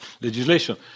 legislation